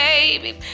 baby